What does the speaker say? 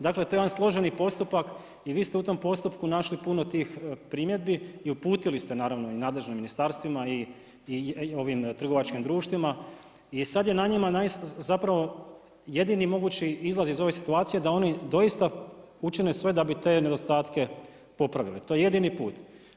Dakle, to je jedan složeni postupak i vi ste u tom postupku našli puno tih primjedbi i u putili ste naravno i nadležnim ministarstvima i ovim trgovačkim društvima i sad je na njima zapravo jedini mogući izlaz iz ove situacije da oni doista učine sve da bi te nedostatke popravili, to je jedini put.